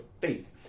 faith